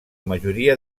majoria